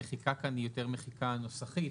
המחיקה כאן היא יותר מחיקה נוסחית,